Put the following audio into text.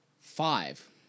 five